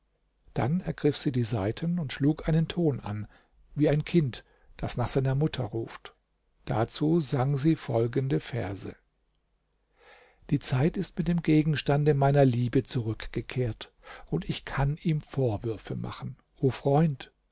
dann ergriff sie die saiten und schlug einen ton an wie ein kind das nach seiner mutter ruft dazu sang sie folgende verse die zeit ist mit dem gegenstande meiner liebe zurückgekehrt und ich kann ihm vorwürfe machen o freund